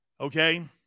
okay